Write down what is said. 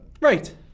Right